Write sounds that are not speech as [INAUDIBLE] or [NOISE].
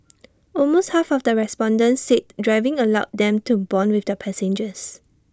[NOISE] almost half of the respondents said driving allowed them to Bond with their passengers